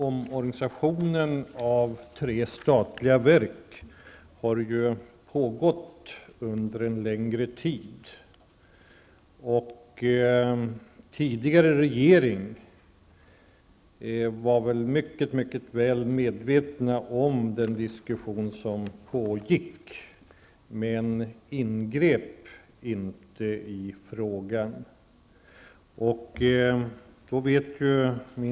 Omorganisationen av tre statliga verk har ju pågått under en längre tid. Tidigare regering var mycket väl medveten om den diskussion som pågick men ingrep inte.